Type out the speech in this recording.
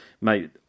mate